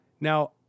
Now